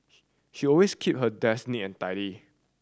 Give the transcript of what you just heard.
she always keep her desk neat and tidy